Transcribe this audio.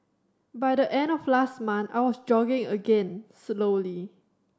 by the end of last month I was jogging again slowly